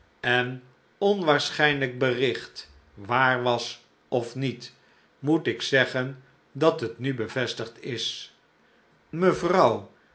en onwaarschijnlijk bericht waar was of niet moet ik zeggen dat het nu bevestigd is mevrouw